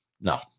No